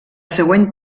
següent